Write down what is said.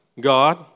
god